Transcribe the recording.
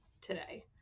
today